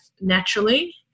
naturally